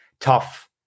tough